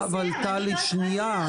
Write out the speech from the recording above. טלי, שנייה.